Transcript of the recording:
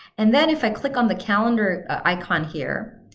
and then if i click on the calendar icon here,